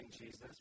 Jesus